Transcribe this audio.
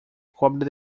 cobra